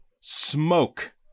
smoke